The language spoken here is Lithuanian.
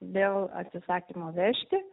dėl atsisakymo vežti